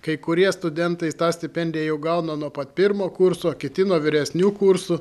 kai kurie studentais tą stipendiją jau gauna nuo pat pirmo kurso kiti nuo vyresnių kursų